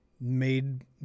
made